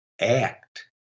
act